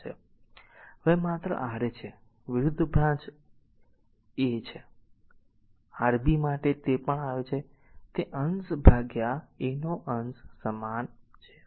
તેથી જ્યારે તે માત્ર Ra છે વિરુદ્ધ બ્રાંચ a a છે R Rb માટે તે જે પણ આવે છે તે અંશ ભાગ્યા a નો અંશ સમાન છે